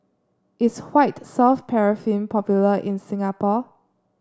is White Soft Paraffin popular in Singapore